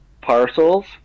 parcels